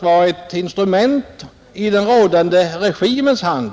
varit ett instrument i den rådande regimens hand.